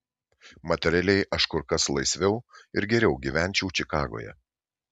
materialiai aš kur kas laisviau ir geriau gyvenčiau čikagoje